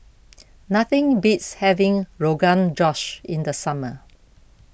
nothing beats having Rogan Josh in the summer